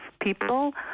people